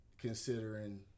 considering